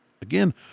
Again